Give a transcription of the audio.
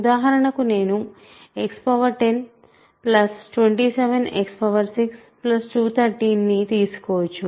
ఉదాహరణకు నేను X10 27X6213 ని తీసుకోవచ్చు